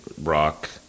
rock